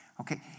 Okay